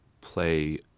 play